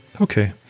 Okay